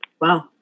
wow